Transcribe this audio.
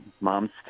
Mom's